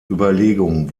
überlegung